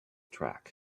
track